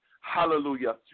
Hallelujah